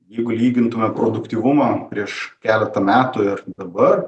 jeigu lygintume produktyvumą prieš keletą metų ir dabar